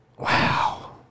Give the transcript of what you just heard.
Wow